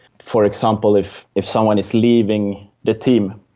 for example, if if someone is leaving the team,